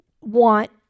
want